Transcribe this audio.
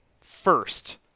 first